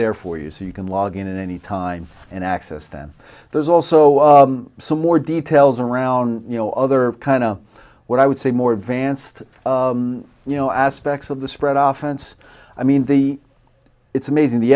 there for you so you can log in any time and access them there's also some more details around you know other kind of what i would say more advanced you know aspects of the spread often it's i mean the it's amazing the